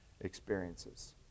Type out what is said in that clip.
experiences